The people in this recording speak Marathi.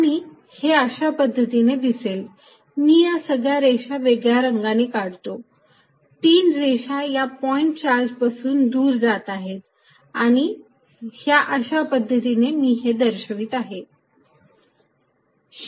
आणि हे अशा पद्धतीने दिसेल मी या सगळ्या रेषा वेगळ्या रंगाने काढतो तीन रेषा या पॉईंट चार्ज पासून दूर जात आहेत ह्या अशा पद्धतीने मी हे दर्शवीत आहे